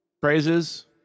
Praises